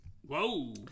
Whoa